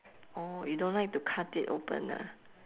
oh you don't like to cut it open ah